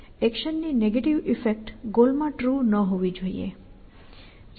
એક્શનની negative effect ગોલમાં true ન હોવી જોઈએ